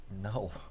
No